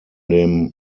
dem